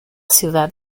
ciudad